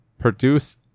produce